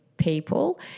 people